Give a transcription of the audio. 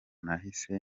nahise